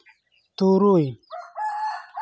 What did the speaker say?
ᱛᱩᱨᱩᱭ